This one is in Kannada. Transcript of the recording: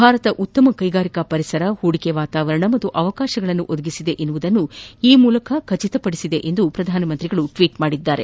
ಭಾರತ ಉತ್ತಮ ಕೈಗಾರಿಕಾ ಪರಿಸರ ಹೂಡಿಕೆ ವಾತಾವರಣ ಮತ್ತು ಅವಕಾಶಗಳನ್ನು ಒದಗಿಸಿದೆ ಎಂಬುದನ್ನು ಈ ಮೂಲಕ ಖಚಿತಪಡಿಸಲಿದೆ ಎಂದು ಪ್ರಧಾನಮಂತ್ರಿ ಟ್ವೀಟ್ ಮಾಡಿದ್ದಾರೆ